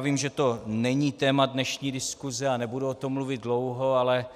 Vím, že to není téma dnešní diskuse, a nebudu o tom mluvit dlouho, ale